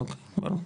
אוקי, ברור,